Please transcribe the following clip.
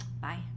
Bye